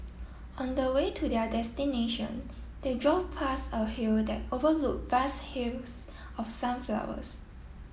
on the way to their destination they drove pass a hill that overlook vast hills of sunflowers